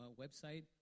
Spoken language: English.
website